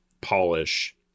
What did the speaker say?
polish